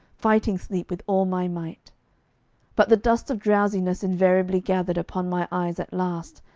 fighting sleep with all my might but the dust of drowsiness invariably gathered upon my eyes at last,